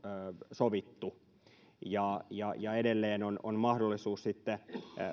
sovittu ja ja edelleen on on mahdollisuus sitten